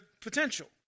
potential